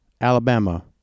Alabama